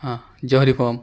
ہاں جوہری فارم